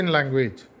Language